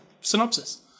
synopsis